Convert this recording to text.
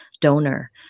donor